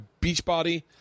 Beachbody